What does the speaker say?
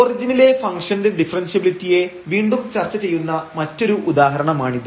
ഒറിജിനിലെ ഫംഗ്ഷൻറെ ഡിഫറെൻഷ്യബിലിറ്റിയെ വീണ്ടും ചർച്ച ചെയ്യുന്ന മറ്റൊരു ഉദാഹരണമാണിത്